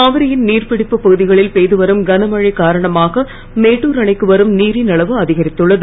காவிரியின் நீர் பிடிப்பு பகுதிகளில் பெய்து வரும் கனமழை காரணமாக மேட்டுர் அணைக்கு வரும் நீரின் அளவு அதிகரித்துள்ளது